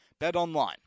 BetOnline